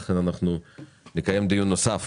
ולכן אנחנו נקיים דיון נוסף